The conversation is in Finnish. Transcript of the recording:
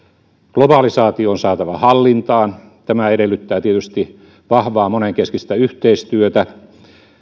globalisaatio on saatava hallintaan tämä edellyttää tietysti vahvaa monenkeskistä yhteistyötä